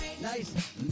Nice